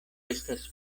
estas